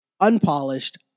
unpolished